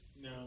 No